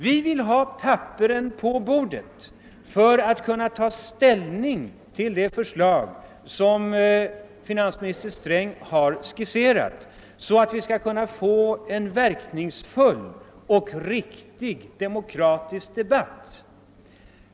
Vi vill ha papperen på bordet för att kunna ta ställning till det förslag, som finansminister Sträng har skisserat, så att vi kan få en verkningsfull, riktig och demokratisk debatt.